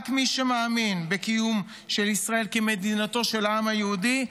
רק מי שמאמין בקיום של ישראל כמדינתו של העם היהודי,